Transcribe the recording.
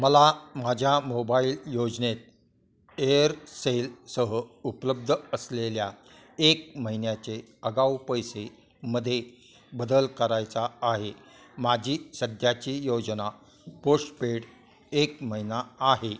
मला माझ्या मोबाइल योजनेत एअरसेल सह उपलब्ध असलेल्या एक महिन्याचे आगाऊ पैसे मध्ये बदल करायचा आहे माझी सध्याची योजना पोश्टपेड एक महिना आहे